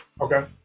okay